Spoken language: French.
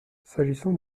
s’agissant